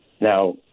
Now